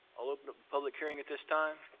i'll open the public hearing at this time.